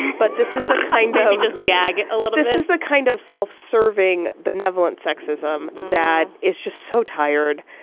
but this is the kind i'll just gag a little this is the kind of self-serving, benevolent sexism that is just so tired.